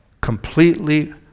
completely